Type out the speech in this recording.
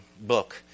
book